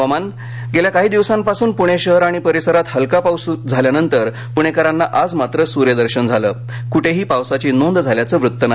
हवामान गेल्या काही दिवसांपासून पुणे शहर आणि परिसरात हलका पाऊस झाल्यानंतर पुणेकरांना आज मात्र सूर्यदर्शन झालं कुठेही पावसाची नोंद झाल्याचं वृत्त नाही